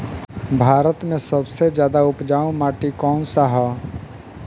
भारत मे सबसे ज्यादा उपजाऊ माटी कउन सा ह?